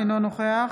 אינו נוכח